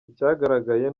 icyagaragaye